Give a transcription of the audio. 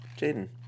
Jaden